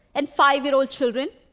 and five-year-old children